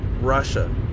Russia